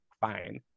fine